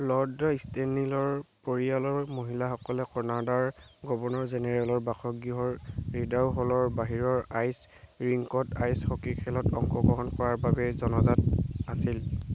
lord ইষ্টেনীলৰ পৰিয়ালৰ মহিলাসকলক কানাডাৰ গৱৰ্ণৰ জেনেৰেলৰ বাসগৃহ ৰিডাউ হ'লৰ বাহিৰৰ আইচ ৰিংকত আইচ হকী খেলত অংশগ্ৰহণ কৰাৰ বাবে জনাজাত আছিল